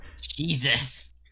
Jesus